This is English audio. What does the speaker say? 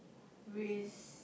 raise